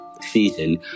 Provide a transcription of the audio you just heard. season